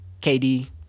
KD